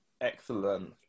Excellent